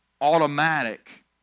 automatic